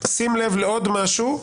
שים לב לדבר נוסף והוא